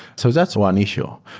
so that's one issue.